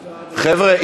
חבר'ה,